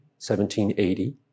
1780